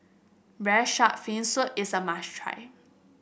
Braised Shark Fin Soup is a must try